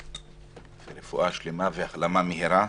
רפואה שלמה והחלמה מהירה,